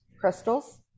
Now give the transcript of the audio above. crystals